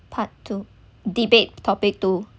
part two debate topic two